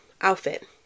outfit